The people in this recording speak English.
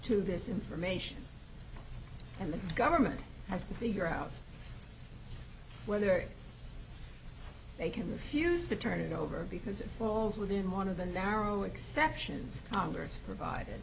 to this information and the government has to figure out whether they can refuse to turn it over because it falls within one of the narrow exceptions congress provided